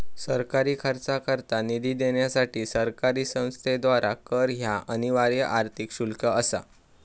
सरकारी खर्चाकरता निधी देण्यासाठी सरकारी संस्थेद्वारा कर ह्या अनिवार्य आर्थिक शुल्क असा